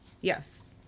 Yes